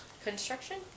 construction